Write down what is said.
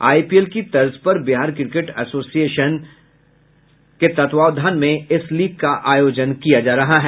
IPL की तर्ज पर बिहार क्रिकेट एसोसिएशन के तत्वावधान में इस लीग का आयोजन किया जा रहा है